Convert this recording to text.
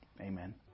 Amen